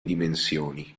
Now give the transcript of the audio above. dimensioni